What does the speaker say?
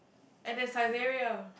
and there's Syzeria